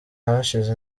hashize